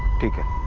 take it.